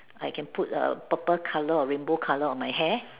I can put a purple colour or rainbow colour on my hair